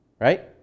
Right